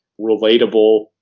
relatable